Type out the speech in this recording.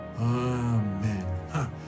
Amen